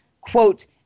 quote